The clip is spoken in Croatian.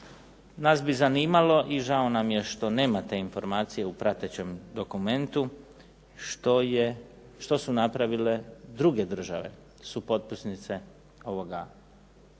Nas bi zanimalo i žao nam je što nemate informacije u pratećem dokumentu, što su napravile druge države supotpisnice ovoga okvirnog